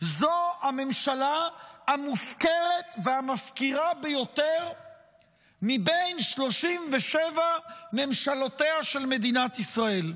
זו הממשלה המופקרת והמפקירה ביותר מבין 37 ממשלותיה של מדינת ישראל.